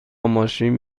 ماشین